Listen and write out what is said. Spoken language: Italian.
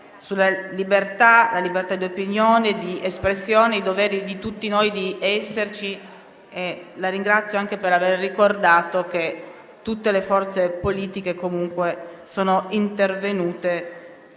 i doveri sulla libertà di opinione e di espressione e il dovere di tutti noi di esserci. La ringrazio anche per aver ricordato che tutte le forze politiche sono intervenute